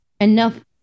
enough